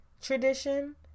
Tradition